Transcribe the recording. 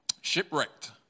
shipwrecked